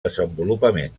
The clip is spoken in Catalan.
desenvolupament